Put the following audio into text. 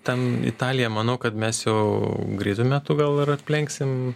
ten italiją manau kad mes jau greitu metu gal ir aplenksim